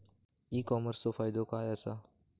E कॉमर्सचो फायदो काय असा?